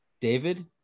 David